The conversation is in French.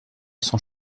son